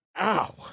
ow